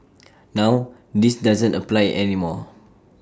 now this doesn't apply any more